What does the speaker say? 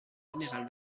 général